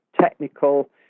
technical